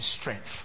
strength